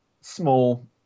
small